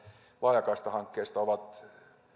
laajakaistahankkeista